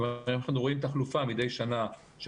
כלומר אם אנחנו רואים תחלופה מדי שנה של